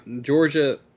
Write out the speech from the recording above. Georgia